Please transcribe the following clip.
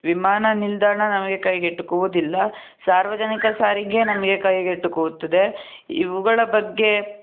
ವಿಮಾನ ನಿಲ್ದಾಣ ನಮಗೆ ಕೈಗೆಟುಕುವುದಿಲ್ಲ ಸಾರ್ವಜನಿಕ ಸಾರಿಗೆ ನಮಗೆ ಕೈಗೆಟುಕುತ್ತದೆ ಇವುಗಳ ಬಗ್ಗೆ